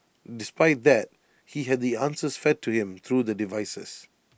despite that he had the answers fed to him through the devices